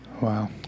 Wow